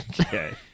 Okay